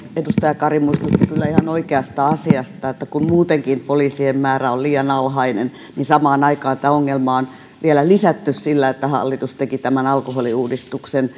edustaja kari muistutti kyllä ihan oikeasta asiasta kun muutenkin poliisien määrä on liian alhainen niin samaan aikaan tätä ongelmaa on vielä lisätty sillä että hallitus teki tämän alkoholiuudistuksen